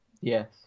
Yes